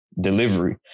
delivery